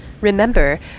Remember